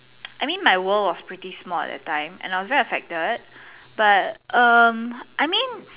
I mean my world was pretty small at the time and I was very affected but um I mean